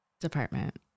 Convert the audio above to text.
department